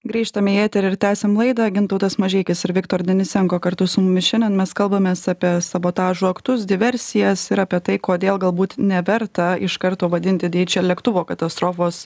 grįžtame į eterį ir tęsiam laidą gintautas mažeikis ir viktor denisenko kartu su mumis šiandien mes kalbamės apie sabotažo aktus diversijas ir apie tai kodėl galbūt neverta iš karto vadinti dieičel lėktuvo katastrofos